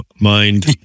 mind